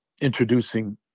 introducing